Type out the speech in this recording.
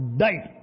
died